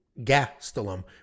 Gastelum